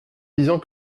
disant